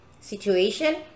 situation